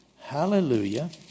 Hallelujah